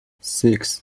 six